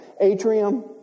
atrium